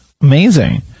Amazing